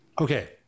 Okay